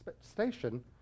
Station